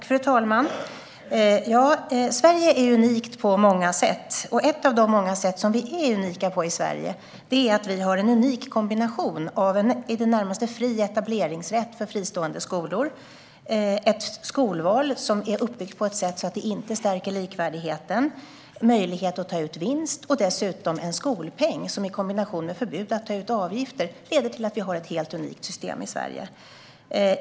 Fru talman! Sverige är unikt på många sätt. Ett av de många sätt som vi i Sverige är unika på är vår kombination av en i det närmaste fri etableringsrätt för fristående skolor, ett skolval som är uppbyggt så att det inte stärker likvärdigheten och en möjlighet att ta ut vinst. Dessutom har vi en skolpeng som i kombination med förbud att ta ut avgifter leder till att vi har ett helt unikt system i Sverige.